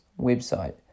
website